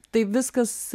tai viskas